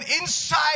inside